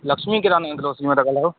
लक्ष्मी किराने